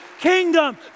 kingdom